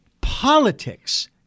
politics